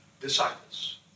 disciples